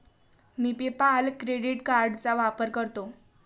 मी PayPal credit कार्डचा वापर करतो